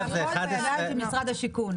רק במשרד השיכון.